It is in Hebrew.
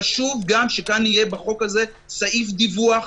חשוב גם שכאן יהיה בחוק הזה סעיף דיווח,